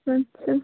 আচ্ছা